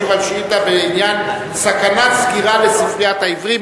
ישיב על שאילתא בעניין: סכנת סגירה של ספריית העיוורים.